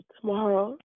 tomorrow